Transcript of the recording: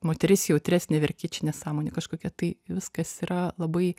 moteris jautresnė verki čia nesąmonė kažkokia tai viskas yra labai